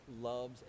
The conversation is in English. loves